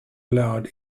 allowed